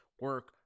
Work